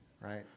Right